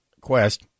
Quest